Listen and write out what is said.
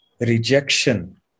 rejection